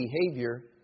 behavior